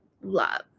love